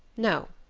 no,